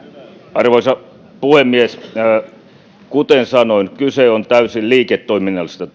arvoisa puhemies kuten sanoin kyse on täysin liiketoiminnallisesta